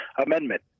Amendment